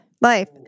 Life